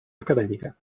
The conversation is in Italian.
accademica